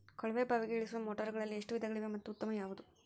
ಕೊಳವೆ ಬಾವಿಗೆ ಇಳಿಸುವ ಮೋಟಾರುಗಳಲ್ಲಿ ಎಷ್ಟು ವಿಧಗಳಿವೆ ಮತ್ತು ಉತ್ತಮ ಯಾವುದು?